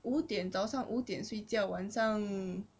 五点早上五点睡觉晚上